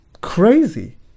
Crazy